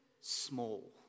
small